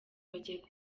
bakeka